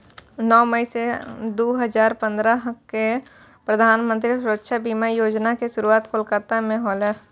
नौ मई दू हजार पंद्रह क प्रधानमन्त्री सुरक्षा बीमा योजना के शुरुआत कोलकाता मे होलै